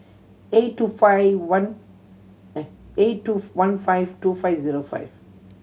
eight two five one eight two one five two five zero five